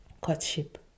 courtship